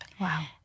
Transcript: wow